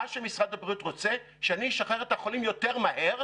משרד הבריאות רוצה שאני אשחרר את החולים יותר מהר,